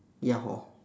ya hor